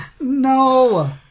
No